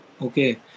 okay